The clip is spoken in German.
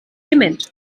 dement